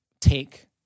take